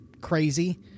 crazy